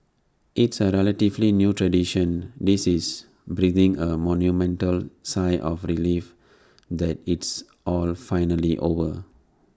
it's A relatively new tradition this is breathing A monumental sigh of relief that it's all finally over